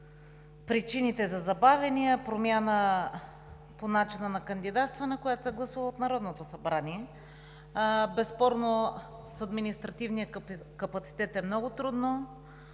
причините за забавяния и промяна по начина на кандидатстване, което се гласува от Народното събрание. Безспорно в административния капацитет е много трудно